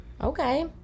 Okay